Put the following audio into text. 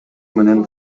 менен